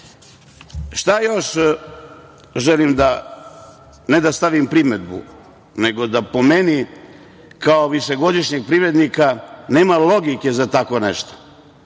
šta još želim ne da stavim primedbu, nego da po meni kao višegodišnjem privredniku nema logike za tako nešto.